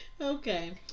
Okay